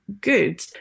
good